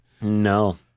No